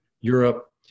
Europe